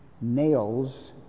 nails